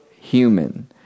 human